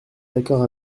d’accord